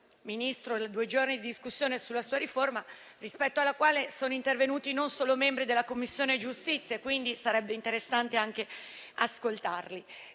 dopo due giorni di discussione sulla sua riforma, rispetto alla quale sono intervenuti non solo membri della Commissione giustizia, quindi sarebbe interessante anche ascoltarli.